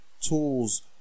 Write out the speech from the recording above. tools